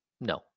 No